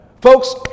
Folks